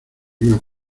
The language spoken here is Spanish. bien